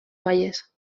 falles